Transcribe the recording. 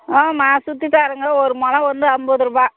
ம் மாசத்துக்காரங்கள் ஒரு முழம் ஒன்று ஐம்பதுருபா